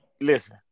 listen